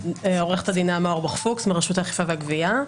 עורכת הדין נעמה אורבך פוקס מרשות האכיפה והגבייה,